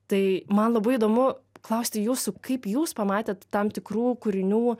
tai man labai įdomu klausti jūsų kaip jūs pamatėt tam tikrų kūrinių